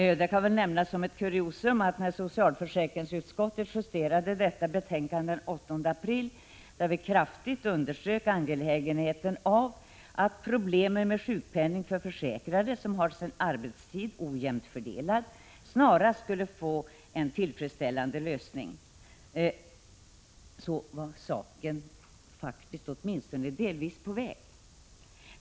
Som ett kuriosum kan noteras att när socialförsäkringsutskottet den 8 april justerade detta betänkande, där vi kraftigt underströk angelägenheten av att problemen med sjukpenning för försäkrade som har sin arbetstid ojämnt fördelad snarast skulle få en tillfredsställande lösning, så var en sådan åtminstone delvis på väg.